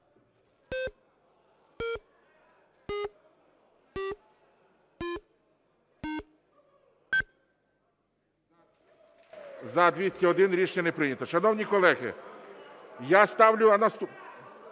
За-201 Рішення не прийнято. Шановні колеги, я ставлю…